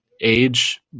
age